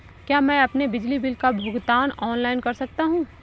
क्या मैं अपने बिजली बिल का भुगतान ऑनलाइन कर सकता हूँ?